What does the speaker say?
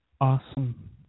awesome